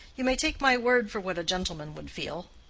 you may take my word for what a gentleman would feel.